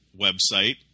website